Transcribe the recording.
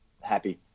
Happy